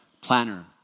planner